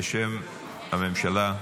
בשם הממשלה.